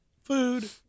Food